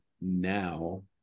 now